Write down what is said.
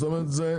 זאת אומרת,